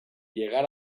llegar